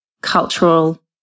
cultural